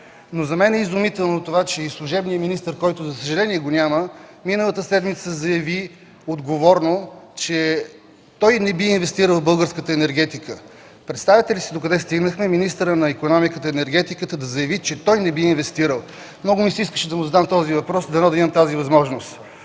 За мен е изумително това, че и служебният министър, който, за съжаление, го няма, миналата седмица заяви отговорно, че той не би инвестирал в българската енергетика. Представяте ли си докъде стигнахме – министърът на икономиката, енергетиката да заяви, че той не би инвестирал? Много ми се искаше да му задам този въпрос, дано да имам тази възможност.